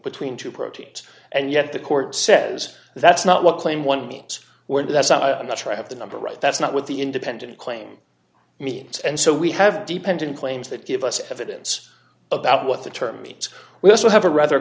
between two proteins and yet the court says that's not what claim one where that's not true i have the number right that's not what the independent claim means and so we have dependent claims that give us evidence about what the term means we also have a rather